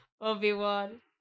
Obi-Wan